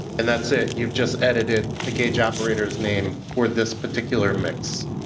and that's it, you have just edited the gauge operators name for this particular mix